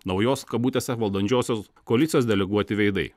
naujos kabutėse valdančiosios koalicijos deleguoti veidai